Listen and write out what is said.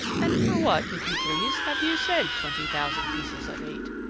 and for what, if you please, have you said twenty thousand pieces of eight?